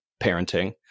parenting